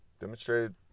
Demonstrated